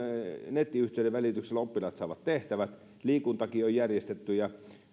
nettiyhteyden välityksellä oppilaat saavat tehtävät liikuntaakin on järjestetty ja